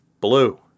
blue